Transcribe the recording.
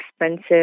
expensive